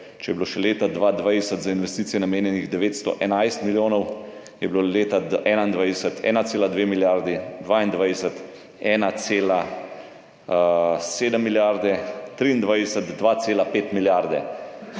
če je bilo še leta 2020 za investicije namenjenih 911 milijonov, je bilo leta 2021 1,2 milijarde, 2022 1,7 milijarde, 2023 2,5 milijarde.